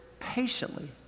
patiently